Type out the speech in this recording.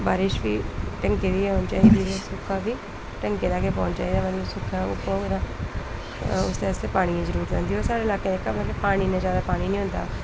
बारिश बी ढंगै दी होनी चाहिदी ते सुक्का बी ढंगै दा पौना चाहिदा ते ओह् सुक्का जेह्ड़ा उस आस्तै पानियै दी जरूरत रौंह्दी ते खलकें लाकें जेह्ड़ा इन्ना ज्यादा पानी निं होंदा